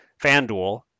Fanduel